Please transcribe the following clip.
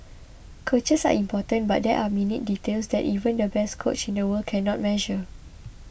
coaches are important but there are minute details that even the best coach in the world cannot measure